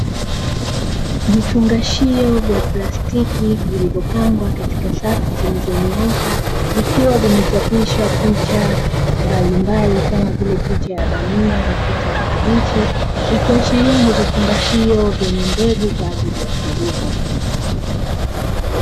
Vifungashio vya plastiki, vilivyopangwa katika safu zilizonyooka, vikiwa vimechapishwa picha mbalimbali kama vile picha ya bamia na picha ya kabichi, ikiashiria ni vifungashio vyenye mbegu kwa ajili ya kilimo.